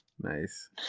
Nice